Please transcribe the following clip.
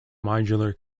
modular